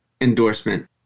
endorsement